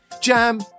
Jam